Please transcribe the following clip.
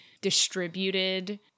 distributed